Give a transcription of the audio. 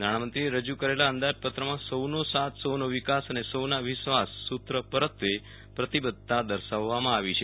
નાણામંત્રીએ રજુ કરેલ અંદાજપત્રમાં સૌનો સાથ સૌનો વિકાસ અને સૌનો વિશ્વાસ સુત્ર પરત્વે પ્રતિબધ્ધતા દર્શાવવામાં આવી છે